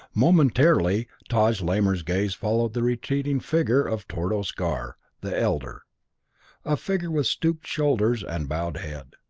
momentarily taj lamor's gaze followed the retreating figure of tordos gar, the elder a figure with stooped shoulders and bowed head.